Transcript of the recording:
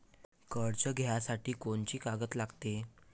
कर्ज घ्यासाठी कोनची कागद लागते?